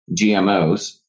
GMOs